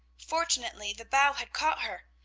fortunately the bough had caught her,